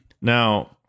now